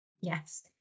Yes